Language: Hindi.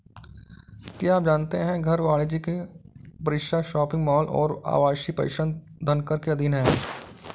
क्या आप जानते है घर, वाणिज्यिक परिसर, शॉपिंग मॉल और आवासीय परिसर धनकर के अधीन हैं?